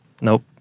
Nope